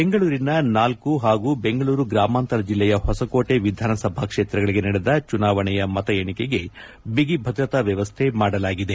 ಬೆಂಗಳೂರಿನ ನಾಲ್ಲು ಹಾಗೂ ಬೆಂಗಳೂರು ಗ್ರಾಮಾಂತರ ಜಿಲ್ಲೆಯ ಹೊಸಕೋಟೆ ವಿಧಾನಸಭಾ ಕ್ಷೇತ್ರಗಳಿಗೆ ನಡೆದ ಚುನಾವಣೆಯ ಮತ ಎಣಿಕೆಗೆ ಬಿಗಿ ಭದ್ರತಾ ವ್ಯವಸ್ಥೆ ಮಾಡಲಾಗಿದೆ